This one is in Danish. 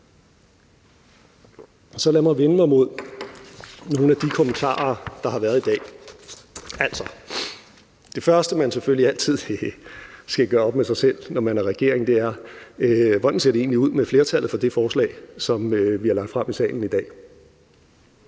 vende min opmærksomhed mod nogle af de kommentarer, der har været i dag. Altså: Det første, man selvfølgelig altid skal gøre op med sig selv, når man er regering, er, hvordan det egentlig ser ud, hvad angår flertallet for det forslag, som vi har lagt frem i salen i dag.